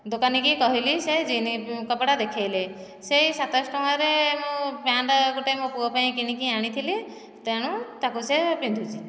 ଦୋକାନୀ କି କହିଲି ସେ ଜିନ୍ସ କପଡ଼ା ଦେଖାଇଲେ ସେହି ସାତଶହ ଟଙ୍କାରେ ମୁଁ ପ୍ୟାଣ୍ଟ ଗୋଟିଏ ମୋ ପୁଅ ପାଇଁ କିଣିକି ଆଣିଥିଲି ତେଣୁ ତା'କୁ ସେ ପିନ୍ଧୁଛି